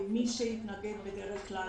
ומי שבדרך כלל התנגד,